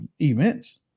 Events